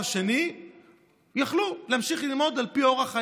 שני יכלו להמשיך ללמוד על פי אורח חייהם.